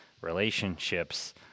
relationships